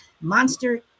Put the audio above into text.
monster